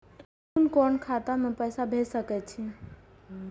कुन कोण खाता में पैसा भेज सके छी?